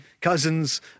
cousins